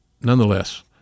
nonetheless